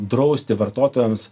drausti vartotojams